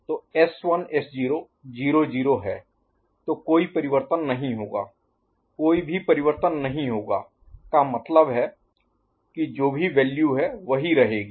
तो S1 S0 00 है तो कोई परिवर्तन नहीं होगा कोई भी परिवर्तन नहीं होगा का मतलब है कि जो भी वैल्यू है वही रहेगी